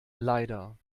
leider